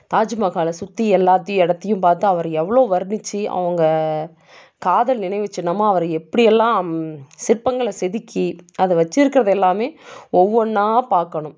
தாஜ்மஹாலை சுற்றி எல்லாத்தையும் இடத்தையும் பார்த்தா அவர் எவ்வளோ வர்ணிச்சு அவங்க காதல் நினைவு சின்னமாக அவர் எப்படி எல்லாம் சிற்பங்களை செதுக்கி அதை வச்சுருக்கறத எல்லாமே ஒவ்வொன்றா பார்க்கணும்